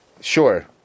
Sure